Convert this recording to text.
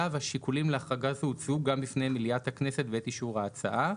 והשיקולים להחרגה הוצעו גם פני מליאת הכנסת בעת אישור ההצעה.